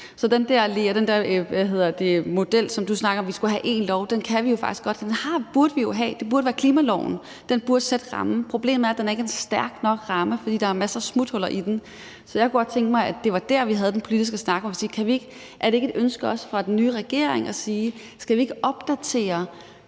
Så den der model, som Lea Wermelin snakkede om, med, at vi skulle have én lov, burde vi jo have, for det burde være klimaloven. Den burde sætte rammen. Problemet er, at den ikke er en stærk nok ramme, fordi der er masser af smuthuller i den. Så jeg kunne godt tænke mig, at det var der, vi havde den politiske snak, hvor man kan sige, at er det ikke et ønske også fra den nye regerings side at sige: Skal vi ikke opdatere